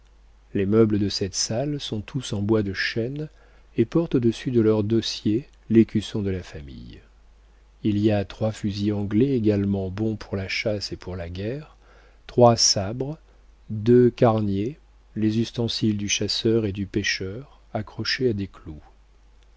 les meubles de cette salle sont tous en bois de chêne et portent au-dessus de leurs dossiers l'écusson de la famille il y a trois fusils anglais également bons pour la chasse et pour la guerre trois sabres deux carniers les ustensiles du chasseur et du pêcheur accrochés à des clous